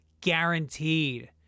guaranteed